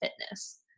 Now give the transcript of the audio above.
fitness